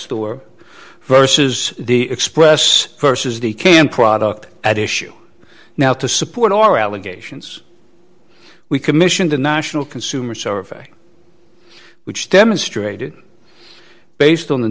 were versus the express versus the canned product at issue now to support your allegations we commissioned a national consumer survey which demonstrated based